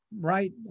right